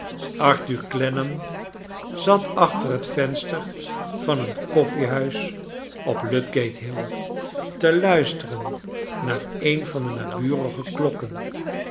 arthur clennam zat achter het venster van een koffiehuis op ludgate hill te luisteren naar een van de naburige klokken